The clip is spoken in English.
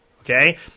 Okay